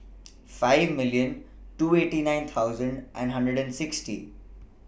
five million twenty nine thousand and hundred and sixty